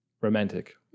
romantic